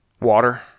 water